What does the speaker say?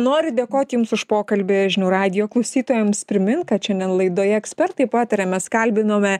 noriu dėkoti jums už pokalbį žinių radijo klausytojams primint kad šiandien laidoje ekspertai pataria mes kalbinome